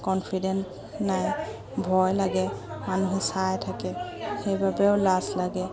confident নাই ভয় লাগে মানুহে চাই থাকে সেইবাবেও লাজ লাগে